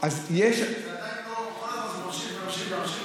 זה ממשיך וממשיך וממשיך,